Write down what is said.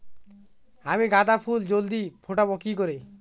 আমি গাঁদা ফুল জলদি ফোটাবো কি করে?